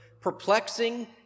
perplexing